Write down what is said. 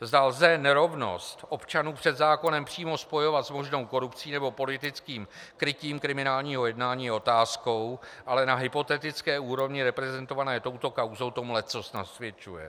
Zda lze nerovnost občanů před zákonem přímo spojovat s možnou korupcí nebo politickým krytím kriminálního jednání je otázkou, ale na hypotetické úrovni reprezentované touto kauzou tomu leccos nasvědčuje.